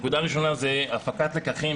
נקודה ראשונה היא הפקת לקחים